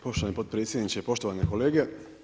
Poštovani potpredsjedniče, poštovane kolege.